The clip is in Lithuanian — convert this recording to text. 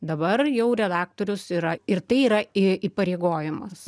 dabar jau redaktorius yra ir tai yra į įpareigojimas